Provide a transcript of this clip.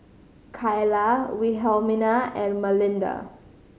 Kylah Wilhelmina and Malinda